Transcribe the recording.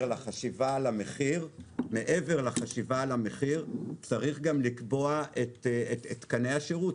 לחשיבה על המחיר צריך לקבוע גם את תקני השירות,